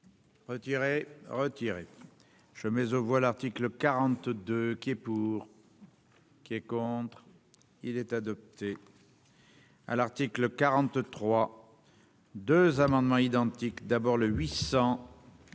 Retirez retirez je mais on voit l'article 42 qui est pour. Qui est contre, il est adopté. à l'article 43 2 amendements identiques d'abord le 800